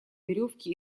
веревке